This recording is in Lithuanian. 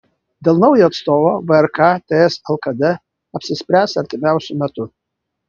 dėl naujo atstovo vrk ts lkd apsispręs artimiausiu metu